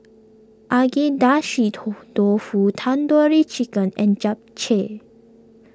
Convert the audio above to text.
Agedashi Dofu Tandoori Chicken and Japchae